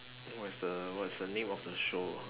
what is the what is the name of the show